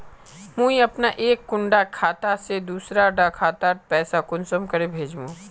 मुई अपना एक कुंडा खाता से दूसरा डा खातात पैसा कुंसम करे भेजुम?